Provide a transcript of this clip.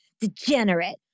degenerate